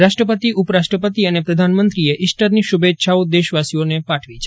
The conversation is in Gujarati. રાષ્ટ્રપતિ ઉપરાષ્ટ્રપતિ અને પ્રધાનમંત્રીએ ઇસ્ટરની શુભેચ્છાઓ દેશવાસીઓને પાઠવી છે